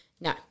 No